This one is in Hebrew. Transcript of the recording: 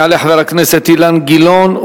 יעלה חבר הכנסת אילן גילאון.